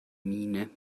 miene